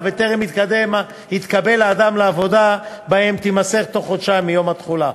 וטרם התקבל אדם לעבודה בהם תימסר בתוך חודשיים מיום התחילה.